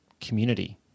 community